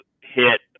hit